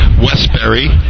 Westbury